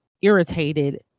irritated